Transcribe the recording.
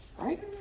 right